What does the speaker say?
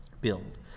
build